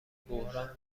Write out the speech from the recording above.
بحران